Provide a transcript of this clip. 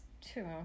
two